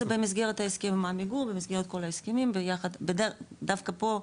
עמיגור זה במסגרת ההסכם עם עמיגור ודווקא פה,